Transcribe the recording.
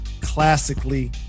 classically